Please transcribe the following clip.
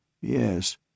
Yes